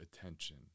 attention